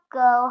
go